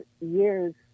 years